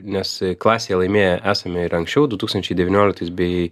nes klasėje laimėję esame ir anksčiau du tūkstančiai devynioliktais bei